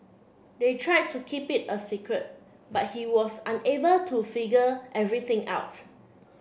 they tried to keep it a secret but he was unable to figure everything out